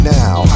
now